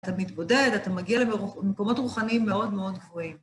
אתה מתבודד, אתה מגיע למקומות רוחניים מאוד מאוד גבוהים.